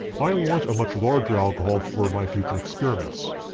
i want a much larger alcohol for my future experiments.